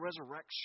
resurrection